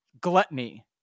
gluttony